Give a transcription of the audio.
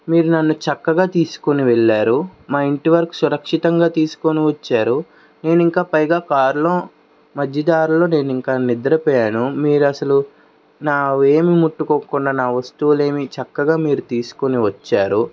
మీరు నన్ను చక్కగా తీసుకొని వెళ్ళారు మా ఇంటి వరకు సురక్షితంగా తీసుకొని వచ్చారు నేను ఇంకా పైగా కార్లో మధ్యదారిలో నేను ఇంక నిద్రపోయాను మీరు అసలు నావేమి ముట్టుకోకుండా నా వస్తువులేమీ చక్కగా మీరు తీసుకుని వచ్చారు